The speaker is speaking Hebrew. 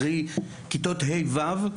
קרי כיתות ה'-ו',